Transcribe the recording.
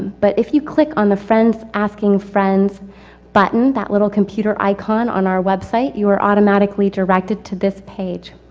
but if you click on the friends asking friends button, that little computer icon on our website, you are automatically directed to this page.